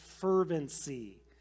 fervency